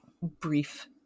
brief